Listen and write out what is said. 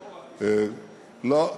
לא,